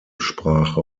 sprache